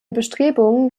bestrebungen